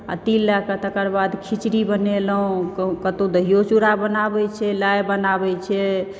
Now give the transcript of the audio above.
आ तिल लऽ कऽ तकरबाद खिचड़ी बनेलहुॅं कत्तौ दहियो चूड़ा बनाबै छै लाइ बनाबै छै